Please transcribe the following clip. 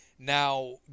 Now